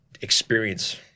experience